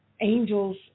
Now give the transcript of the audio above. angels